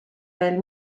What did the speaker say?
veel